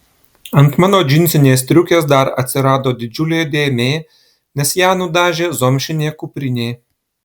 ant mano džinsinės striukės dar atsirado didžiulė dėmė nes ją nudažė zomšinė kuprinė